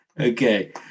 Okay